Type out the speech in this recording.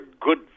good